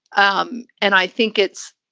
um and i think it's.